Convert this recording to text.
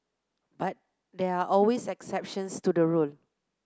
but there are always exceptions to the rule